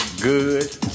good